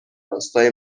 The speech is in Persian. راستای